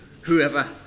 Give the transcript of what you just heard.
whoever